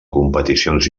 competicions